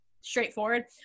straightforward